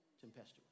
tempestuous